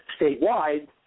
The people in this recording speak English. statewide